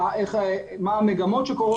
מה המגמות שקורות,